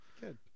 good